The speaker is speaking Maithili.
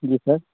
जी सर